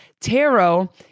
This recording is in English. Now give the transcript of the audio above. Tarot